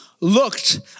looked